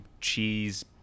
cheese